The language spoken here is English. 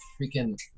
freaking